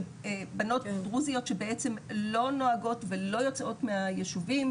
שבנות דרוזיות בעצם לא נוהגות ולא יוצאות מהישובים,